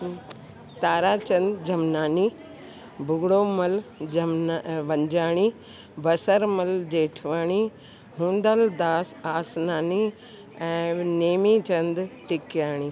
ताराचंद झमनानी भुघड़ोमल जमना वंझाणी बसरमल जेठवाणी हूंदलदास आसनानी ऐं नेमीचंद टिकयाणी